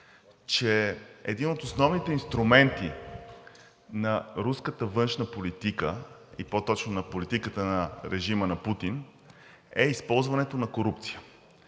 че един от основните инструменти на руската външна политика, и по-точно на политиката на режима на Путин, е използването на корупция.